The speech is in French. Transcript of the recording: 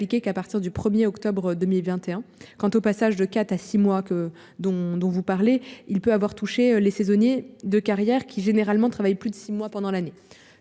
qu'à partir du 1er octobre 2021. Quant au passage de 4 à 6 mois que dont dont vous parlez il peut avoir touché les saisonniers de carrière qui généralement travailler plus de 6 mois pendant l'année